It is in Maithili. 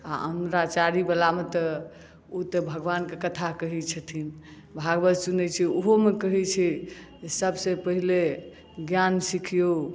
आओर अमराचारीवलामे तऽ ओ तऽ भगवानके कथा कहै छथिन भागवत सुनै छी ओहोमे कहै छै से सबसँ पहिले ज्ञान सिखिऔ